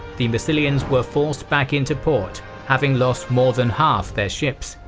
the massilians were forced back into port having lost more than half their ships,